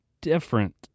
different